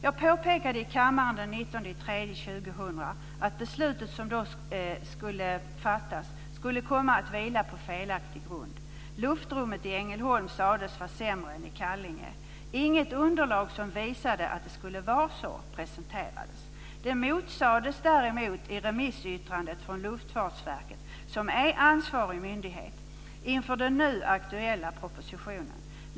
Jag påpekade i kammaren den 19 mars 2000 att beslutet som då skulle fattas skulle komma att vila på felaktig grund. Luftrummet i Ängelholm sades vara sämre än i Kallinge. Inget underlag som visade att det skulle vara så presenterades. Det motsades däremot i remissyttrandet från Luftfartsverket, som är ansvarig myndighet, inför den nu aktuella propositionen.